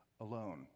alone